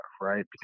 Right